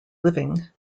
living